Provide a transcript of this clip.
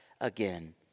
again